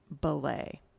Belay